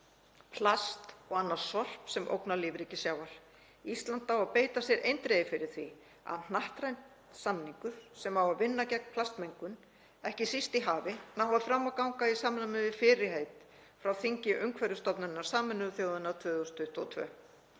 plast og annað sorp sem ógnar lífríki sjávar. Ísland á að beita sér eindregið fyrir því að hnattrænn samningur sem á að vinna gegn plastmengun, ekki síst í hafi, nái fram að ganga í samræmi við fyrirheit frá þingi Umhverfisstofnunar Sameinuðu þjóðanna 2022.